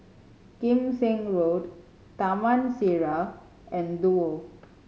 Kim Seng Road Taman Sireh and Duo